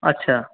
আচ্ছা